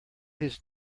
his